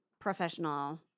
professional